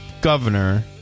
governor